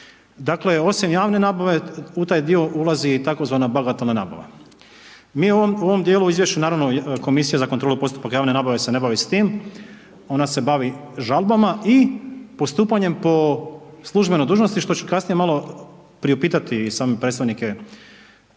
Dakle, osim javne nabave u taj dio ulazi tzv. bagatelna nabava. Mi u ovom dijelu u izvješću, naravno komisija za kontrolu postupaka javne nabave se ne bavi s tim, ona se bavi žalbama i postupanjem po službenoj dužnosti što ću kasnije malo priupitati same predstavnike